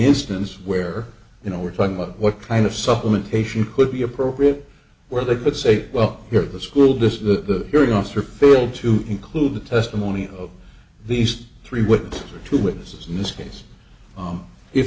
instance where you know we're talking about what kind of supplement patient could be appropriate where they could say well here at the school district the hearing officer phil to include the testimony of these three with two witnesses in this case